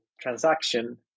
transaction